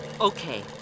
Okay